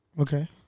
Okay